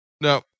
No